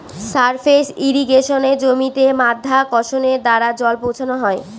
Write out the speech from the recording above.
surface ইর্রিগেশনে জমিতে মাধ্যাকর্ষণের দ্বারা জল পৌঁছানো হয়